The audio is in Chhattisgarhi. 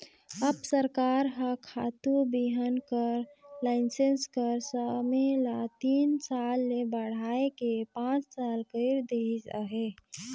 अब सरकार हर खातू बीहन कर लाइसेंस कर समे ल तीन साल ले बढ़ाए के पाँच साल कइर देहिस अहे